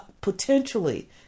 potentially